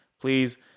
please